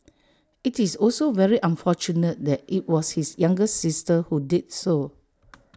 IT is also very unfortunate that IT was his younger sister who did so